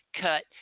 cut